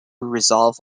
resolve